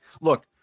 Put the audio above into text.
Look